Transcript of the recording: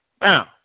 Now